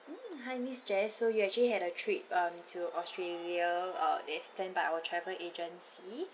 mm hi miss jess so you actually had a trip um to australia uh that is planned by our travel agency